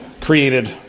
created